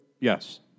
Yes